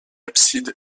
abside